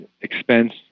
expense